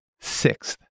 Sixth